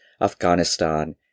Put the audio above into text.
Afghanistan